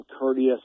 courteous